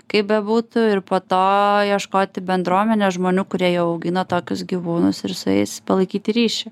kaip bebūtų ir po to ieškoti bendruomenės žmonių kurie jau augina tokius gyvūnus ir su jais palaikyti ryšį